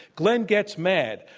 glen gets mad.